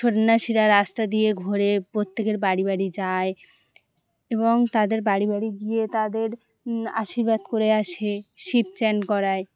সন্ন্যাসীরা রাস্তা দিয়ে ঘুরে প্রত্যেকের বাড়ি বাড়ি যায় এবং তাদের বাড়ি বাড়ি গিয়ে তাদের আশীর্বাদ করে আসে শিব চান করায়